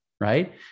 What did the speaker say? right